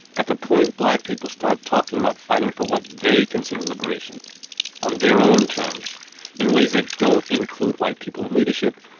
at the point black people start talking about fighting for what they consider liberation on their own terms in ways that don't include white people in leadership,